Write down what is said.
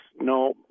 No